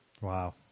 Wow